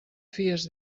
fies